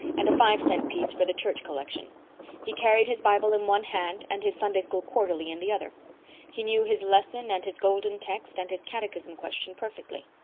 and a five-cent piece for the church collection he carried his bible in one hand and his sunday school quarterly in the other he knew his lesson and his golden text and his catechism question perfectly.